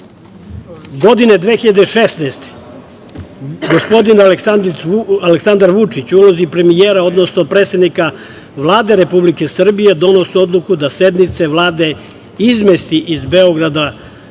žena. Godine 2016. gospodin Aleksandar Vučić u ulozi premijera, odnosno predsednika Vlade Republike Srbije donosi odluke da sednice Vlade izmesti iz Beograda